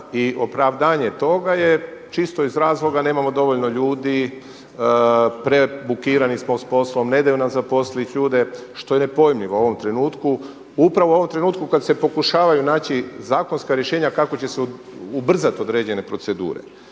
i opravdanje toga je čisto iz razloga nemamo dovoljno ljudi prebukirani smo s poslom, ne daju nam zaposliti ljude što je nepojmljivo u ovom trenutku. Upravo u ovom trenutku kada se pokušavaju naći zakonska rješenja kako će se ubrzati određene procedure.